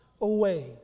away